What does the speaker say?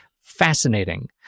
fascinating